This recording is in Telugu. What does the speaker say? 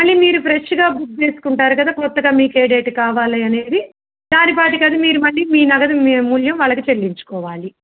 మళ్ళీ మీరు ఫ్రెష్గా బుక్ చేసుకుంటారు కదా కొత్తగా మీకే డేైట్ కావాలి అనేది దానిపాటికి అది మీరు మళ్ళీ మీ నగదు మీ మూల్యం వాళ్ళకి చెల్లించుకోవాలి